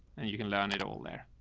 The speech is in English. and you can learn it all there.